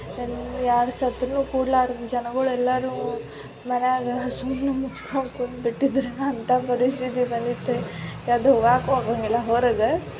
ಎಲ್ಲಿ ಯಾರು ಸತ್ರೂ ಕೂಡ್ಲಾರ್ದೆ ಜನಗಳೆಲ್ಲರೂ ಮನೆಯಾಗ ಸುಮ್ನೆ ಮುಚ್ಕೊಂಡು ಕುಂದ್ಬಿಟ್ಟಿದ್ರು ಅಂಥ ಪರಿಸ್ಥಿತಿ ಬಂದಿತ್ತು ಯಾವುದೂ ವಾಕ್ ಹೋಗಂಗಿಲ್ಲ ಹೊರಗೆ